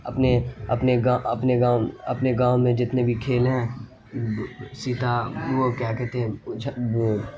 اپنے اپنے اپنے گاؤں اپنے گاؤں میں جتنے بھی کھیل ہیں سیتھا وہ کیا کہتے ہیں